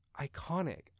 Iconic